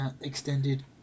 extended